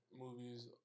movies